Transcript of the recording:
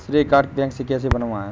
श्रेय card bank से कैसे बनवाएं?